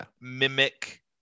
mimic